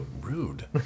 rude